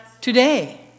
today